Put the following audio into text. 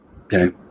Okay